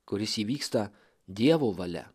kuris įvyksta dievo valia